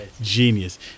Genius